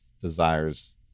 desires